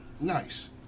Nice